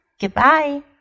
goodbye